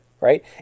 right